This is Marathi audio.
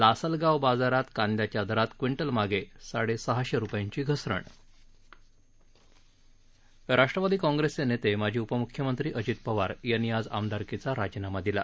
लासलगाव बाजारात कांद्याच्या दरात क्विंटलमागे साडेसहाशे रुपयांची घसरण राष्ट्रवादी काँग्रेसचे नेते माजी उपम्ख्यमंत्री अजित पवार यांनी आज आमदारकीचा राजीनामा दिला